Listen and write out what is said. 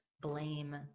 blame